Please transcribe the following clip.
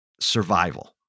survival